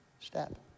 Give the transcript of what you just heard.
step